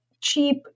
cheap